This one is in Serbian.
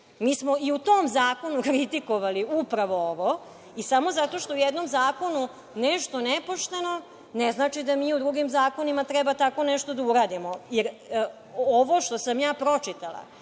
Mi smo i u tom zakonu kritikovali upravo ovo i samo zato što je u jednom zakonu nešto nepošteno, to ne znači da mi u drugim zakonima treba tako nešto da uradimo. Jer, ovo što sam ja pročitala,